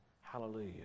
Hallelujah